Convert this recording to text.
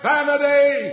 Vanity